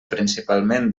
principalment